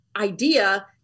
idea